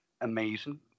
amazing